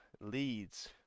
leads